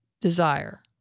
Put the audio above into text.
desire